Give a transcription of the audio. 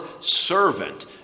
servant